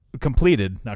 completed